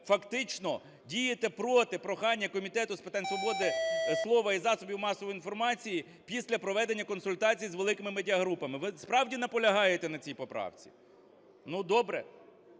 фактично дієте проти прохання Комітету з питань свободи слова і засобів масової інформації після проведення консультацій з великими медіа-групами. Ви справді наполягаєте на цій поправці? Добре.